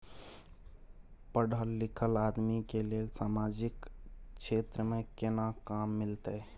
पढल लीखल आदमी के लेल सामाजिक क्षेत्र में केना काम मिलते?